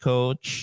Coach